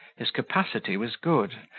his capacity was good,